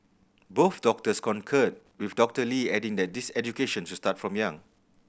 both doctors concurred with Doctor Lee adding that this education should start from young